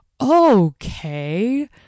okay